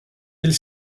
ville